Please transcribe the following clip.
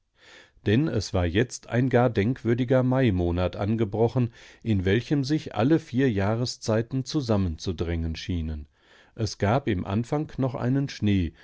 denn es war jetzt ein gar denkwürdiger maimonat angebrochen in welchem sich alle vier jahreszeiten zusammenzudrängen schienen es gab im anfang noch einen schnee